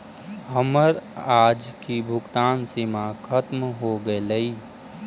हमर आज की भुगतान सीमा खत्म हो गेलइ